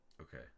Okay